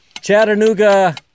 Chattanooga